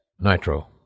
Nitro